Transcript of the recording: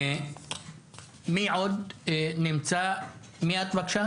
מי את בבקשה?